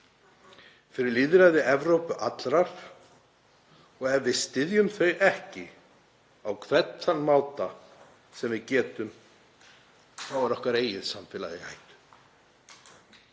fyrir lýðræði Evrópu allrar. Ef við styðjum þau ekki á hvern þann máta sem við getum þá er okkar eigið samfélagið í hættu.